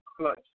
clutch